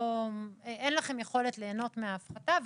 שאין לכם יכולת ליהנות מההפחתה.